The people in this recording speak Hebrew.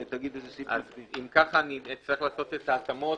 אם כך אצטרך לעשות את ההתאמות,